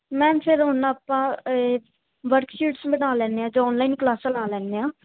ma'am ਫਿਰ ਹੁਣ ਆਪਾਂ ਵਰਕਸ਼ੀਟਸ ਬਣਾ ਲੈਂਦੇ ਹਾਂ ਜਾਂ ਔਨਲਾਈਨ ਕਲਾਸਾਂ ਲਾ ਲੈਂਦੇ ਹਾਂ